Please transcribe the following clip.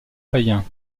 païens